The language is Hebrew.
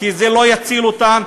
כי זה לא יציל אותם,